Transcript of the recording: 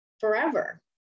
Forever